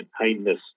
kindness